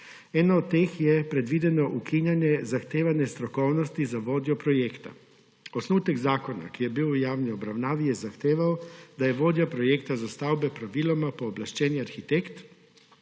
Ena od teh je predvideno ukinjanje zahtevane strokovnosti za vodjo projektov. Osnutek zakona, ki je bil v javni obravnavi, je zahteval, da je vodja projektov za stavbe praviloma pooblaščeni arhitekt,